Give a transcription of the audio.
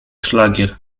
szlagier